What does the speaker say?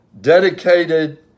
dedicated